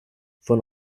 von